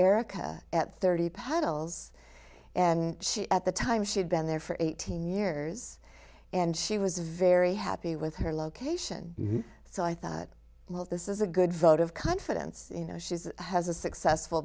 erica at thirty puddles and she at the time she'd been there for eighteen years and she was very happy with her location so i thought well this is a good vote of confidence you know she's has a successful